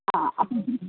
ആ